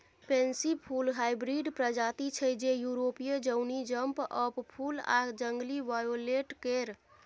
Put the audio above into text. pansy फुल hybrid प्रजाति छै जे युरोपीय जौनी जंप अप फुल आ जंगली वायोलेट केर